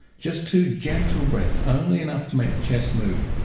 just two gentle breaths, only enough to make the chest move.